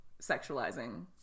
sexualizing